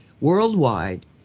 worldwide